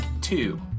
two